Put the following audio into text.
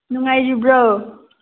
ꯅꯨꯡꯉꯥꯏꯔꯤꯕ꯭ꯔꯣ